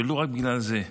ולו רק בגלל זה,